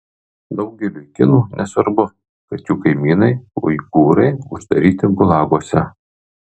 daugeliui kinų nesvarbu kad jų kaimynai uigūrai uždaryti gulaguose